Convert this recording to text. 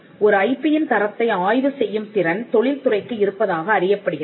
ஒரு ஐபியின் தரத்தை ஆய்வு செய்யும் திறன் தொழில்துறைக்கு இருப்பதாக அறியப்படுகிறது